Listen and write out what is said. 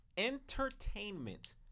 Entertainment